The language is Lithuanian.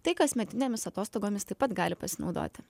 tai kasmetinėmis atostogomis taip pat gali pasinaudoti